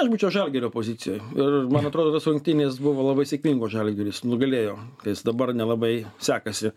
aš būčiau žalgirio pozicijoj ir man atrodo tos rungtynės buvo labai sėkmingos žalgiris nugalėjo kas dabar nelabai sekasi